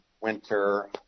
Winter